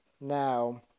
Now